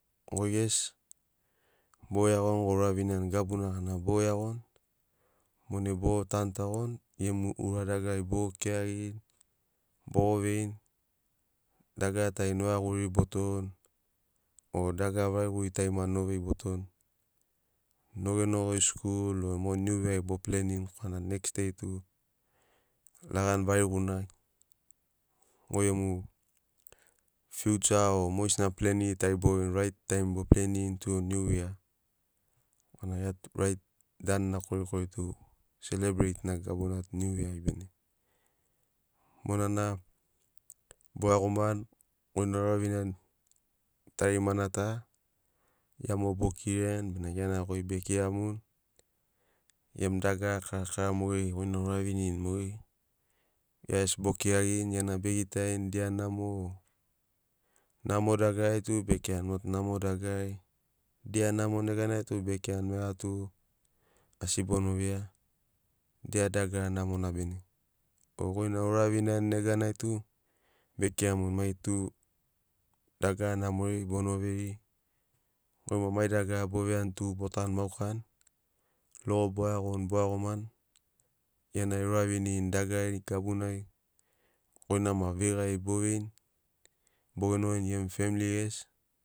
Goigesi bogo iagoni gouravini gabuna gana bogo iagoni monai bogo tanutagoni gemi ura dagarari bogo kiragirini, bogo veirini dagara tari noiaguiri botoni nogeno goi skul o mo new year a bo plenirini korana next day tu lagan variguna goi gemu future o mogesina pleniri tari bo veirini right taim bo plenirini tu new year korana gia tu right danu na korikori tu celebrate na gabunatu new year ai bene. Monana bo iagoman goina ouraviniani tarimanata gia mogo bokiraiani bena giana goi bekiramuni gemu dagara karakara mogeri goi na ouravinirini mogeri gia gesi bo kiragirini giana be gitarini dia namo o namo dagarari tu be kirani mot u namo dagarari, dia namo neganai tu bekirani maiga tu asi bono veia dia dagara amona bene o goi na ouraviniani neganai tu bekiramuni mai tu dagara namori bona veiri goi maki mai dagara bo veiani tu botanu maukani, logo boiagoni boiagomani gia na euravinirini dagarari gabunai goi na maki veigari bo veirini bo genogoini gemu femili ges.